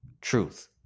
truth